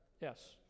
Yes